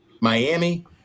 Miami